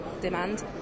demand